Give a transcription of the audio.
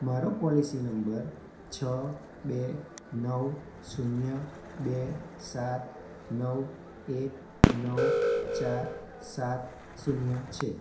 મારો policy number છ બે નવ શૂન્ય બે સાત નવ એક નવ ચાર સાત શૂન્ય છે